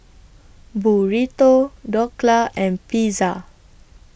Burrito Dhokla and Pizza